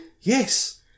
Yes